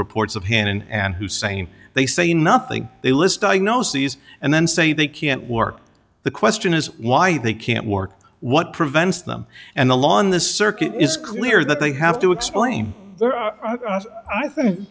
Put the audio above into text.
reports of hannan and hussein they say nothing they list diagnoses and then say they can't work the question is why they can't work what prevents them and the law in this circuit is clear that they have to explain i think